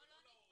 בוא לא נתפלפל.